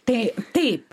tai taip